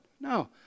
no